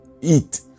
eat